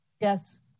Yes